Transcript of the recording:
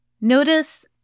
notice